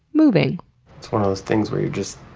moving. it's one of those things where you're just